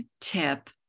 tip